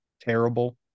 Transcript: terrible